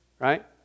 Right